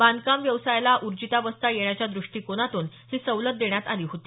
बांधकाम व्यवसायाला ऊर्जिंतावस्था येण्याच्या दृष्टिकोनातून ही सवलत देण्यात आली होती